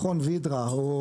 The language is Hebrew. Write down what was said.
מכון וידרא,